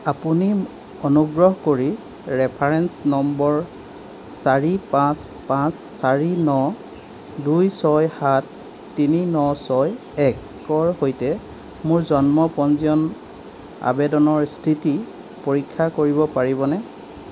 আপুনি অনুগ্ৰহ কৰি ৰেফাৰেঞ্চ নম্বৰ চাৰি পাঁচ পাঁচ চাৰি ন দুই ছয় সাত তিনি ন ছয় এক একৰ সৈতে মোৰ জন্ম পঞ্জীয়ন আবেদনৰ স্থিতি পৰীক্ষা কৰিব পাৰিবনে